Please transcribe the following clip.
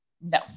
No